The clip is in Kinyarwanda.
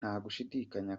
ntagushidikanya